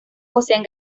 poseen